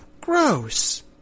gross